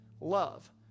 Love